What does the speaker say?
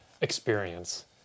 experience